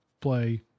play